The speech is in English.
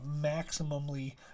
maximally